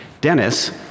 Dennis